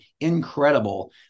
incredible